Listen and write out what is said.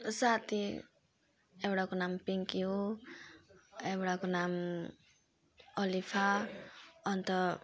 साथी एउटाको नाम पिङ्की हो एउटाको नाम अलिफा अनि त